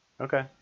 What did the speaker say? Okay